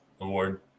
award